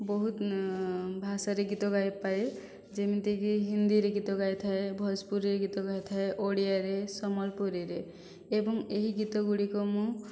ବହୁତ ଭାଷାରେ ଗୀତ ଗାଇପାରେ ଯେମିତିକି ହିନ୍ଦୀରେ ଗୀତ ଗାଇଥାଏ ଭୋଜପୁରୀରେ ଗୀତ ଗାଇଥାଏ ଓଡ଼ିଆରେ ସମ୍ବଲପୁରୀରେ ଏବଂ ଏହି ଗୀତଗୁଡ଼ିକ ମୁଁ